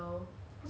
ah